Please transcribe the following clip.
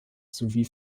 sowie